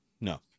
no